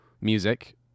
music